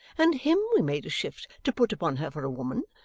and him we made a shift to put upon her for a woman,